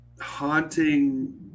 haunting